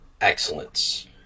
excellence